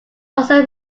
also